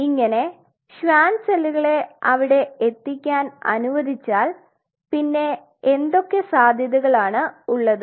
ഇങ്ങനെ ഷ്വാൻ സെല്ലുകളെ അവിടെ എത്തിക്കാൻ അനുവദിച്ചാൽ പിന്നെ എന്തൊക്കെ സാധ്യതകളാണ് ഉള്ളത്